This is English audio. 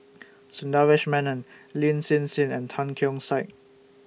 Sundaresh Menon Lin Hsin Hsin and Tan Keong Saik